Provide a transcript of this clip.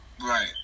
Right